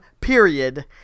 period